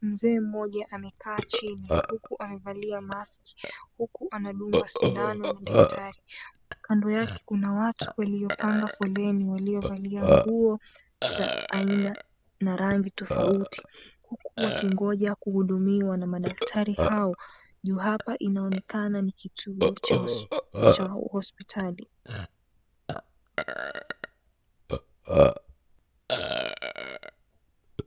Mzee mmoja amekaa chini, huku amevalia mask , huku anadungwa sindano na daktari. Kando yake kuna watu waliopanga foleni waliovalia nguo za aina na rangi tofauti, huku wakingoja kuhudumiwa na madaktari hao, juu hapa inaonekana ni kituo cha hospitali.